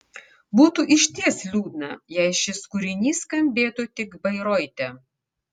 būtų išties liūdna jei šis kūrinys skambėtų tik bairoite